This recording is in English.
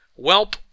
Welp